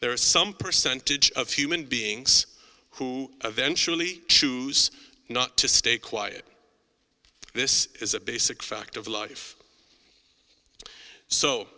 there are some percentage of human beings who eventually choose not to stay quiet this is a basic fact of life so